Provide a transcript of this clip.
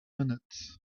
minutes